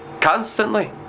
constantly